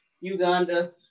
Uganda